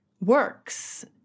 works